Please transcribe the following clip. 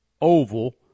oval